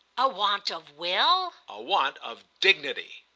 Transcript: a want of will? a want of dignity.